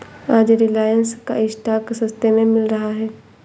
आज रिलायंस का स्टॉक सस्ते में मिल रहा है